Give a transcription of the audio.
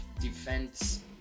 defense